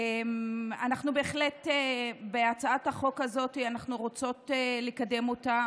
אנחנו בהחלט רוצות לקדם אותה,